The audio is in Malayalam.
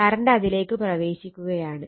കറണ്ട് അതിലേക്ക് പ്രവേശിക്കുകയാണ്